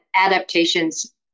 adaptations